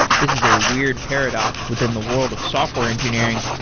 this is a weird paradox within the world of software engineering,